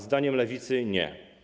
Zdaniem Lewicy nie.